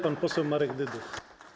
Pan Poseł Marek Dyduch.